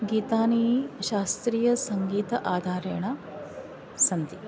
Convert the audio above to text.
गीतानि शास्त्रीयसङ्गीत आधारेण सन्ति